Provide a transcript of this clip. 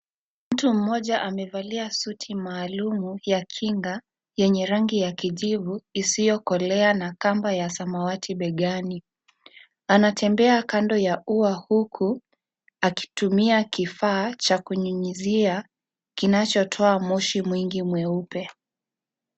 Mtu mmoja amevalia suti maalumu, ya kinga, yenye rangi ya kijivu, isiyokolea na kamba ya samawati begani, anatembea kando ya ua huku, akitumia kifaa cha kunyunyizia, kinacho toa moshi mwingi mweupe.